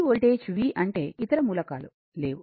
ఈ voltage v అంటే ఇతర మూలకాలు లేవు